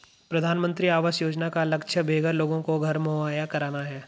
प्रधानमंत्री आवास योजना का लक्ष्य बेघर लोगों को घर मुहैया कराना है